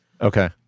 Okay